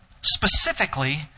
specifically